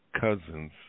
cousins